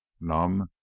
numb